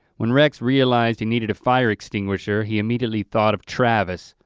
when rex realized he needed a fire extinguisher, he immediately thought of travis,